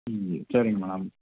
ம் சரிங்க மேடம்